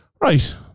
Right